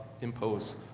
impose